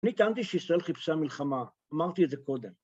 ‫אני טענתי שישראל חיפשה מלחמה, ‫אמרתי את זה קודם.